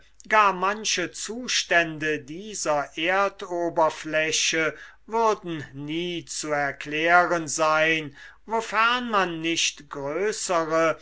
gar manche zustände dieser erdoberfläche würden nie zu erklären sein wofern man nicht